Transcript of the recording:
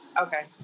Okay